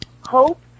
Hope